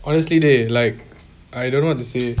honestly dey like I don't know what to say